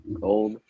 gold